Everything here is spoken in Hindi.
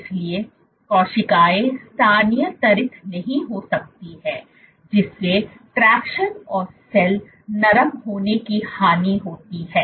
इसलिए कोशिकाएं स्थानांतरित नहीं हो सकती हैं जिससे ट्रैक्शन और सेल नरम होने की हानि होती है